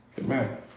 Amen